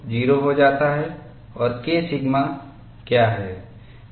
और K sigma क्या है